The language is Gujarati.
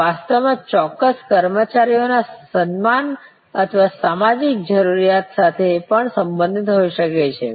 તે વાસ્તવમાં ચોક્કસ કર્મચારીઓના સન્માન અથવા સામાજિક જરૂરિયાત સાથે પણ સંબંધિત હોઈ શકે છે